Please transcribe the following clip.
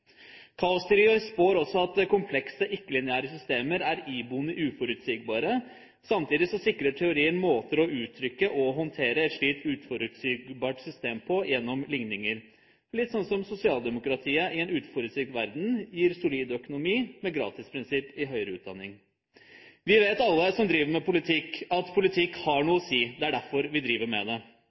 spår også at komplekse ikke-lineære systemer er iboende uforutsigbare. Samtidig sikrer teorien måter å uttrykke og håndtere et slikt uforutsigbart system på gjennom ligninger – litt sånn som sosialdemokratiet i en uforutsigbar verden gir en solid økonomi med gratisprinsipp i høyere utdanning. Vi vet alle som driver med politikk, at politikk har noe å si. Det er derfor vi driver med det.